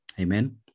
Amen